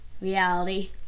reality